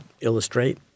illustrate